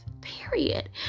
period